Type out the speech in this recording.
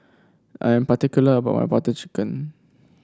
I'm particular about my Butter Chicken